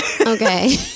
Okay